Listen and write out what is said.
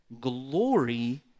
glory